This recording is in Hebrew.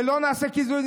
ולא נעשה קיזוז.